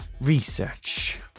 research